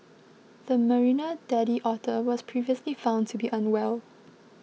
the Marina daddy otter was previously found to be unwell